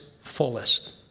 fullest